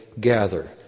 gather